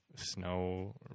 snow